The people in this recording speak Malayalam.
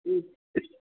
ഈ